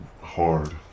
hard